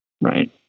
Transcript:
right